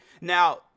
now